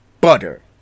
butter